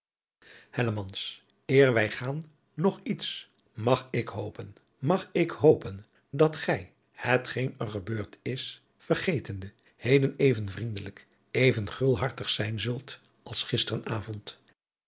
eer wij gaan nog iets mag ik hopen mag ik hopen dat gij het geen er gebeurd is vergetende heden even vriendelijk even gulhartig zijn zult als